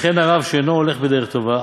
וכן הרב שאינו הולך בדרך טובה,